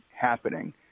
happening